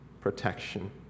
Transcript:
protection